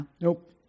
Nope